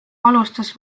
alustas